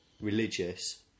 religious